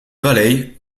valley